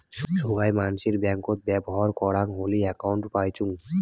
সোগায় মানসির ব্যাঙ্কত ব্যবহর করাং হলি একউন্ট পাইচুঙ